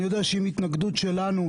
אני יודע שעם התנגדות שלנו,